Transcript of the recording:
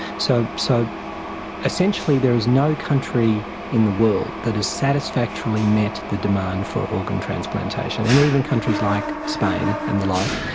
so so, essentially, there is no country in the world that has satisfactorily met the demand for organ transplantation. and even countries like spain and the like,